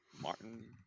Martin